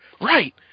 Right